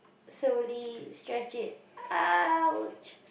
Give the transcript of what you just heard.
slowly stretch it ouch